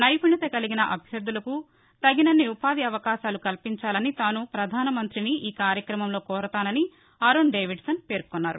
నైపుణ్యత కలిగిన అభ్యర్దులకు తగినన్ని ఉపాధి అవకాశాలు కల్పించాలని తాను పధాన మంతిని ఈ కార్యక్రమంలో కోరుతానని అరోన్ డేవిడ్సన్ పేర్కొన్నారు